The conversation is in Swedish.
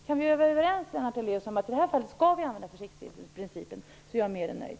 Kan vi vara överens, Lennart Daléus, om att vi i det här fallet skall använda försiktighetsprincipen är jag mer än nöjd.